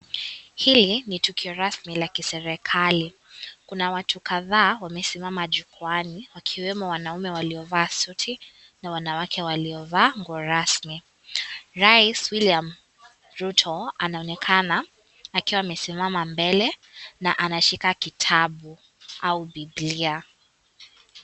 Hili ni tukio rasmi la kiserikali kuna watu kadhaa wamesimama jukwaani wakiwemo wanaume waliovaa suti na wanawake waliovaa nguo rasmi rais William Ruto anaonekana akiwa amesimama mbele na anashika kitabu au Bibilia.